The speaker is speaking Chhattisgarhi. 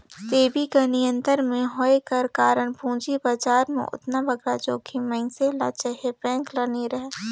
सेबी कर नियंत्रन में होए कर कारन पूंजी बजार में ओतना बगरा जोखिम मइनसे ल चहे बेंक ल नी रहें